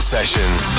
Sessions